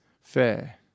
fair